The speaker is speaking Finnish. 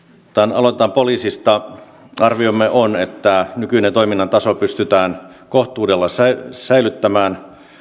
aloitetaan poliisista arviomme on että nykyinen toiminnan taso pystytään kohtuudella säilyttämään